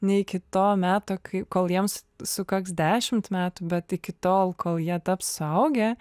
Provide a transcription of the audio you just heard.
ne iki to meto kai kol jiems sukaks dešimt metų bet iki tol kol jie taps suaugę